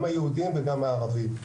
גם היהודים וגם הערבים.